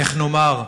איך נאמר,